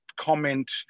comment